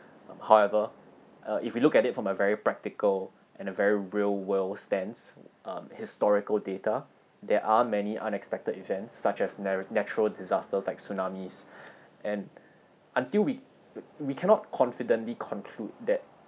however uh if you look at it from a very practical and a very real world stands um historical data there are many unexpected events such as nar~ natural disasters like tsunamis and until we we cannot confidently conclude that